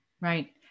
right